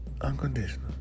Unconditional